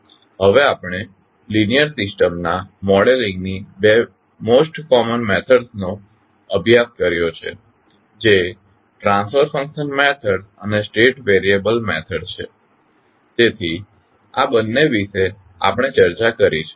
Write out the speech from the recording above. હવે આપણે linear system ના મોડેલિંગ ની બે મોસ્ટ કોમન મેથડ્સ નો અભ્યાસ કર્યો છે જે ટ્રાંસ્ફર ફંકશન મેથડ્સ અને સ્ટેટ વેરીયબલ મેથડ છે તેથી આ બંને વિશે આપણે ચર્ચા કરી છે